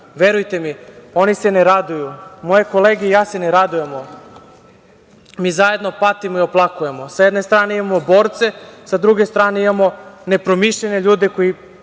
Verujte mi, oni se ne raduju. Moje kolege i ja se ne radujemo, mi zajedno patimo i oplakujemo.S jedne strane, imamo borce, sa druge strane, imamo nepromišljene ljude koji